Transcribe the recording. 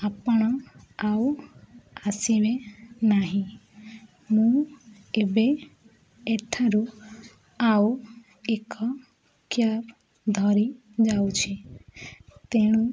ଆପଣ ଆଉ ଆସିବେ ନାହିଁ ମୁଁ ଏବେ ଏଠାରୁ ଆଉ ଏକ କ୍ୟାବ୍ ଧରିଯାଉଛି ତେଣୁ